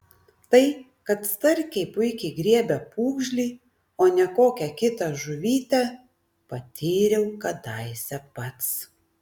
tai kad starkiai puikiai griebia pūgžlį o ne kokią kitą žuvytę patyriau kadaise pats